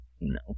no